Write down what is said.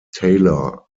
taylor